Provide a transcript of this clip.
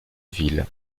ville